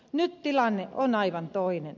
nyt tilanne on aivan toinen